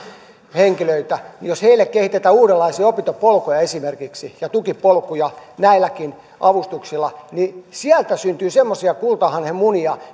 henkilöitä niin jos heille kehitetään esimerkiksi uudenlaisia opintopolkuja ja tukipolkuja näilläkin avustuksilla niin sieltä syntyy semmoisia kultahanhen munia